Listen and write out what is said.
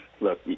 look